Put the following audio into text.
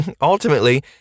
Ultimately